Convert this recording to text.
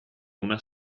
una